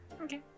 Okay